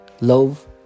love